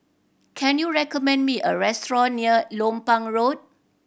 can you recommend me a restaurant near Lompang Road